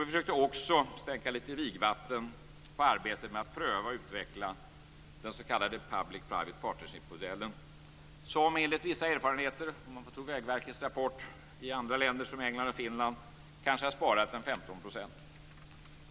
Vi försökte också stänka lite vigvatten på arbetet med att pröva och utveckla den s.k. Public Private Partnership-modellen som enligt vissa erfarenheter, om man får tro Vägverkets rapport, i andra länder som England och Finland kanske har sparat 15 %.